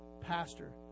pastor